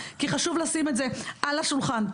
אבל חשוב לשים את זה על השולחן.